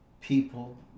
people